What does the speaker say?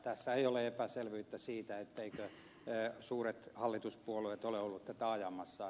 tässä ei ole epäselvyyttä siitä etteivätkö suuret hallituspuolueet ole olleet tätä ajamassa